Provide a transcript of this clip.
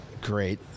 Great